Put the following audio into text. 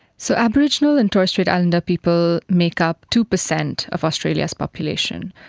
so aboriginal and torres strait islander people make up two percent of australia's population,